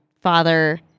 father